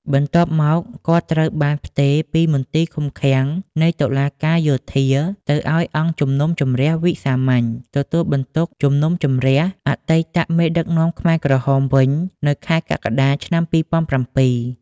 បន្ទាប់មក គាត់ ត្រូវបានផ្ទេរពីមន្ទីរឃុំឃាំងនៃតុលាការយោធា ទៅឱ្យអង្គជំនុំជម្រះវិសាមញ្ញ ទទួលបន្ទុកជំនុំជម្រះអតីតមេដឹកនាំខ្មែរក្រហមវិញនៅខែកក្កដា ឆ្នាំ ២០០៧។